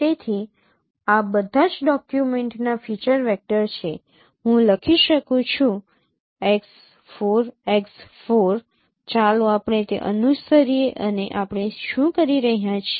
તેથી આ બધા જ ડોકયુમેન્ટનાં ફીચર વેક્ટર છે હું લખી શકું છું x 4 x 4 ચાલો આપણે તે અનુસરીએ અને આપણે શું કરી રહ્યા છીએ